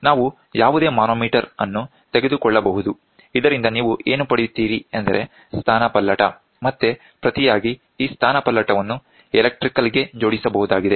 ನಾವು ಯಾವುದೇ ಮಾನೋಮೀಟರ್ ಅನ್ನು ತೆಗೆದುಕೊಳ್ಳಬಹುದು ಇದರಿಂದ ನೀವು ಏನು ಪಡೆಯುತ್ತೀರಿ ಎಂದರೆ ಸ್ಥಾನಪಲ್ಲಟ ಮತ್ತೆ ಪ್ರತಿಯಾಗಿ ಈ ಸ್ಥಾನಪಲ್ಲಟವನ್ನು ಎಲೆಕ್ಟ್ರಿಕಲ್ ಗೆ ಜೋಡಿಸಬಹುದಾಗಿದೆ